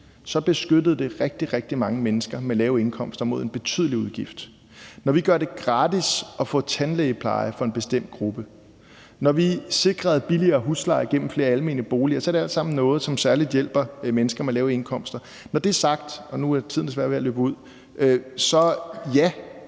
så beskyttede det rigtig, rigtig mange mennesker med lave indkomster mod en betydelig udgift. Når vi gjorde det gratis at få tandpleje for en bestemt gruppe, og når vi sikrede billigere husleje igennem flere almene boliger, så er det alt sammen noget, som særlig hjælper mennesker med lave indkomster. Når det er sagt – nu er tiden desværre ved at løbe ud – er